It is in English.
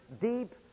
deep